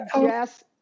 yes